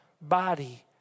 body